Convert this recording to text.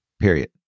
period